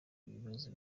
bibazo